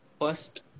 First